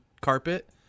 carpet